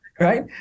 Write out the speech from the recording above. right